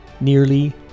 nearly